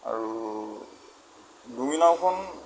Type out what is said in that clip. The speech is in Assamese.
আৰু ডুঙি নাওখন